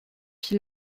fit